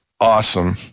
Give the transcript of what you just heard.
awesome